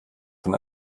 von